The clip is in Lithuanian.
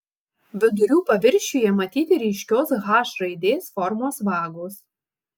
vidurių paviršiuje matyti ryškios h raidės formos vagos